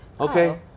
Okay